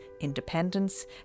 Independence